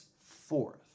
fourth